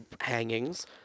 hangings